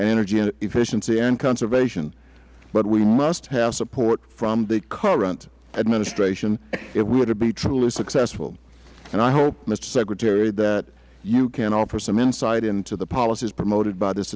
efficiency and conservation but we must have support from the current administration if we are to be truly successful and i hope mister secretary that you can offer some insight into the policies promoted by this